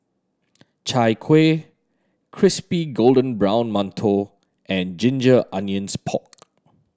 Chai Kueh crispy golden brown mantou and ginger onions pork